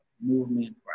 movement